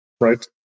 Right